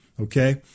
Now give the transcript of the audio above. Okay